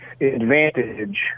advantage